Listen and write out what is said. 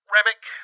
Remick